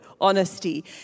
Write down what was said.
honesty